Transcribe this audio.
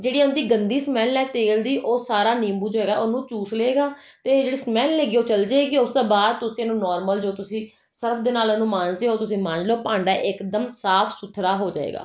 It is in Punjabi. ਜਿਹੜੀ ਉਹਦੀ ਗੰਦੀ ਸਮੈਲ ਹੈ ਤੇਲ ਦੀ ਉਹ ਸਾਰਾ ਨਿੰਬੂ ਜੋ ਹੈਗਾ ਉਹਨੂੰ ਚੂਸ ਲਏਗਾ ਅਤੇ ਜਿਹੜੀ ਸਮੈਲ ਹੈਗੀ ਉਹ ਚੱਲ ਜਾਏਗੀ ਉਸ ਤੋਂ ਬਾਅਦ ਤੁਸੀਂ ਇਹਨੂੰ ਨੋਰਮਲ ਜੋ ਤੁਸੀਂ ਸਰਫ ਦੇ ਨਾਲ ਉਹਨੂੰ ਮਾਂਜਦੇ ਹੋ ਤੁਸੀਂ ਮਾਂਜ ਲਓ ਭਾਂਡਾ ਇੱਕਦਮ ਸਾਫ ਸੁਥਰਾ ਹੋ ਜਾਏਗਾ